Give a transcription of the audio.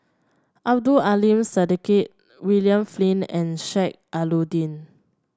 Abdul Aleem Siddique William Flint and Sheik Alau'ddin